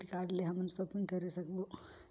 Debit card ले हमन shopping करे सकबो?